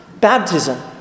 Baptism